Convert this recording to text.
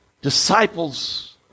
Disciples